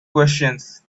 questions